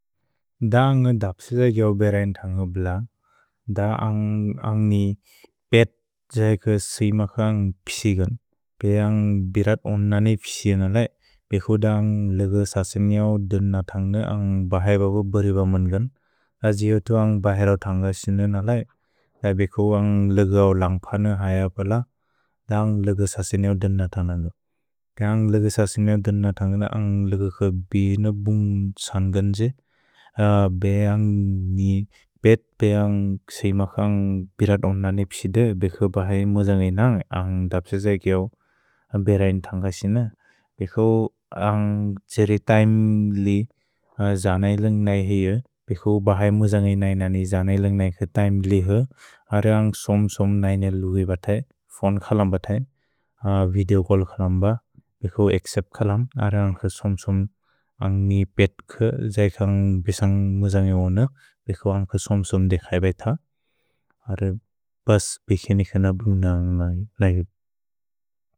द अग धप्सिद ग्यौ बेरएन् थन्ग ब्ल, द अग अनि पेत् जैक सिम कुअ अग पिसि गन्, पे अग बिरत् ओननि पिसि नलै, बेकु द अग लग ससिनिऔ दन थन्ग अग बहय बबु बरिब मन् गन्। द जिहुतु अग बहेरओ थन्ग सिनु नलै, द बेकु अग लगौ लन्ग्प न हय बल, द अग लग ससिनिऔ दन थन्ग न्दो। के अग लग ससिनिऔ दन थन्ग न अग लग कुअ बिन बुन्ग् त्सन्गन् द्जे, बे अग नि पेत् बे अग सिम कुअ अग बिरत् ओननि पिसि दे, बेकु बहय मुज न्गैन अग धप्सिद ग्यौ बेरएन् थन्ग सिन। भेकु अग त्सेरि थय्म् लि जन इलन्ग् नै हय, बेकु बहय मुज न्गैन ननि जन इलन्ग् नैक थय्म् लिह, अग अग सोम् सोम् नैन लुगु बतय्, फोन् खलम् बतय्, विदेओ गोल् खलम् ब, बेकु एक्सेप् खलम्। अग अग सोम् सोम्, अग नि पेत् कुअ जैक अग बिसन्ग् मुज न्गओन, बेकु अग सोम् सोम् दे खैबैत, अग बस् बिकिनि क नबुन्ग नै नलै।